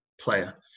player